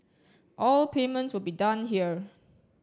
all payment will be done here